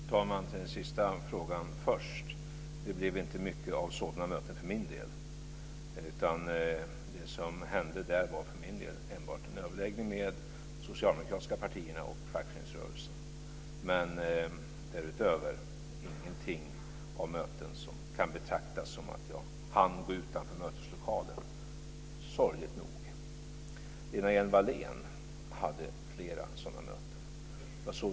Fru talman! Låt mig besvara den sista frågan först. Det blev för min del inte mycket av sådana möten, utan det blev för mig enbart en överläggning med de socialdemokratiska partierna och fackföreningsrörelsen. Därutöver hann jag sorgligt nog inte med att gå utanför lokalen för några möten. Lena Hjelm-Wallén deltog i flera sådana möten.